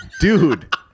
dude